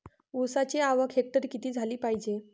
ऊसाची आवक हेक्टरी किती झाली पायजे?